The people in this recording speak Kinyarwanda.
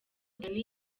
danny